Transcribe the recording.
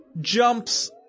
jumps